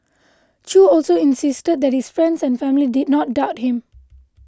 Chew also insisted that his friends and family did not doubt him